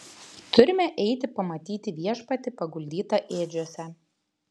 turime eiti pamatyti viešpatį paguldytą ėdžiose